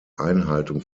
einhaltung